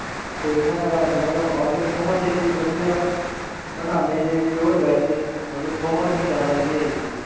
ਅਤੇ ਇਹਨਾਂ ਦਾ ਮਤਲਬ ਔਰਡਰ ਬਹੁਤ ਛੇਤੀ ਵਧੀਆ ਬਣਾਉਂਦੇ ਨੇ ਪਿਓਰ ਵੈੱਜ ਮਤਲਬ ਬਹੁਤ ਹੀ ਜ਼ਿਆਦਾ ਵਧੀਆ ਜੀ